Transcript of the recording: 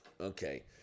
Okay